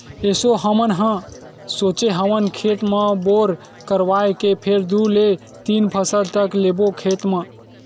एसो हमन ह सोचे हवन खेत म बोर करवाए के फेर दू ले तीन फसल तक लेबो खेत म